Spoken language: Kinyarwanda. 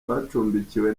bacumbikiwe